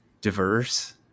diverse